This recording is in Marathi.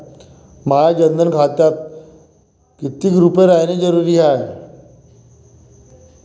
माह्या जनधन खात्यात कितीक रूपे रायने जरुरी हाय?